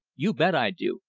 you bet i do!